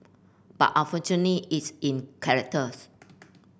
but unfortunately it's in characters